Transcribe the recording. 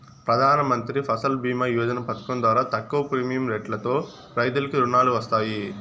ప్రధానమంత్రి ఫసల్ భీమ యోజన పథకం ద్వారా తక్కువ ప్రీమియం రెట్లతో రైతులకు రుణాలు వస్తాయి